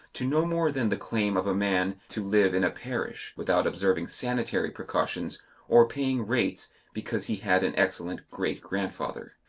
to no more than the claim of a man to live in a parish without observing sanitary precautions or paying rates because he had an excellent great-grandfather.